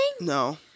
No